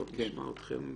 טוב, נשמע אתכם.